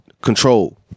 Control